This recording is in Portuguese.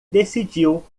decidiu